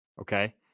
Okay